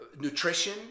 nutrition